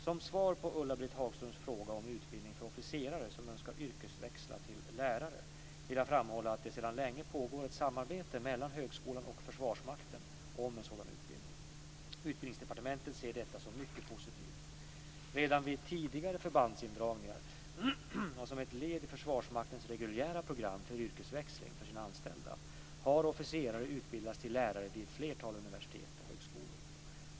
Som svar på Ulla-Britt Hagströms fråga om utbildning för officerare som önskar yrkesväxla till lärare vill jag framhålla att det sedan länge pågår ett samarbete mellan högskolan och Försvarsmakten om en sådan utbildning. Utbildningsdepartementet ser detta som mycket positivt. Redan vid tidigare förbandsindragningar och som ett led i Försvarsmaktens reguljära program för yrkesväxling för sina anställda har officerare utbildats till lärare vid ett flertal universitet och högskolor.